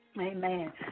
Amen